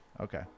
Okay